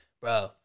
bro